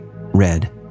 red